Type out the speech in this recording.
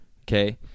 okay